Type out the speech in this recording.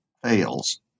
fails